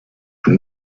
and